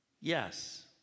Yes